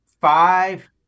five